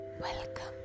Welcome